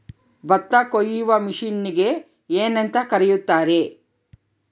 ಭತ್ತ ಕೊಯ್ಯುವ ಮಿಷನ್ನಿಗೆ ಏನಂತ ಕರೆಯುತ್ತಾರೆ?